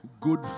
good